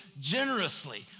generously